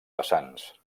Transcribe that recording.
vessants